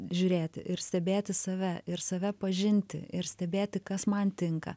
žiūrėti ir stebėti save ir save pažinti ir stebėti kas man tinka